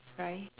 try